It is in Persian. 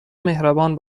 مهربان